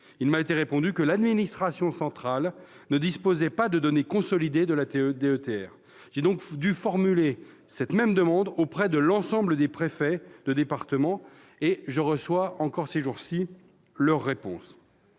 Il m'a été répondu que l'administration centrale ne disposait pas de données consolidées de la DETR. J'ai donc dû formuler cette même demande auprès de l'ensemble des préfets de département. Je reçois encore ces jours-ci leur réponse.